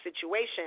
situation